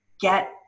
get